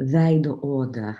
veido odą